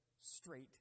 straight